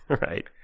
Right